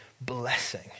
blessing